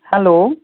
hello